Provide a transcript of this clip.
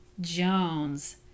Jones